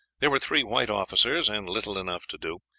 there were three white officers, and little enough to do,